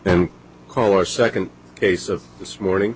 and call our second case of this morning